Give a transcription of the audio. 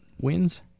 wins